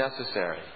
necessary